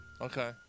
Okay